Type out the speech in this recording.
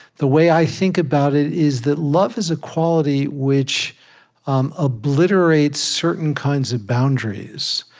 the way i think about it is that love is a quality which um obliterates certain kinds of boundaries.